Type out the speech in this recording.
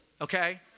okay